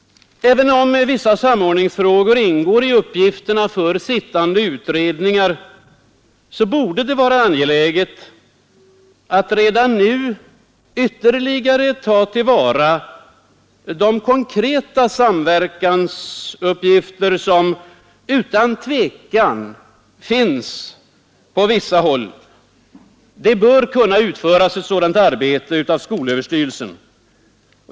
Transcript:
Även om vissa samordningsfrågor ingår i uppgifterna för sittande utredningar borde det vara angeläget att redan nu ytterligare ta till vara de konkreta samverkansuppgifter som utan tvivel finns på vissa håll. Ett sådant arbete bör kunna utföras av skolöverstyrelsen.